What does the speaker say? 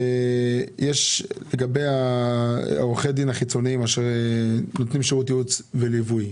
לגבי עורכי הדין החיצוניים שנותנים שירות ייעוץ וליווי,